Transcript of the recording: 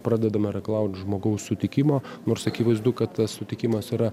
pradedama reikalauti žmogaus sutikimo nors akivaizdu kad tas sutikimas yra